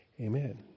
Amen